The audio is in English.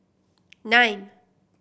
nine